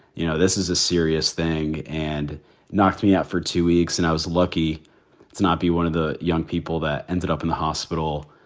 you know, this is a serious thing and knocked me out for two weeks. and i was lucky to not be one of the young people that ended up in the hospital,